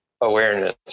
awareness